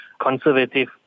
conservative